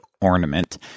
ornament